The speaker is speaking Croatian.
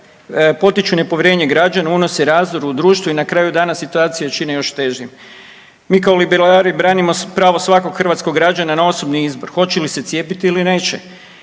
potiču nepovjerenje građana, unose razdor u društvu i na kraju dana situacije čine još težim. Mi kao liberali branimo pravo svakog hrvatskog građana na osobni izbor hoće li se cijepiti ili neće.